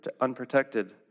unprotected